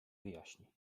wyjaśni